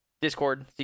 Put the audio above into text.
discord